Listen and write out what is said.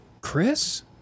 Chris